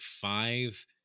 five